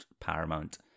Paramount